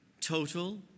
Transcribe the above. total